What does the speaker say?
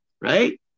right